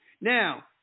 Now